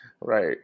Right